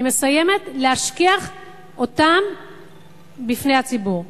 אני מסיימת, להשכיח אותם מפני הציבור.